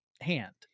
hand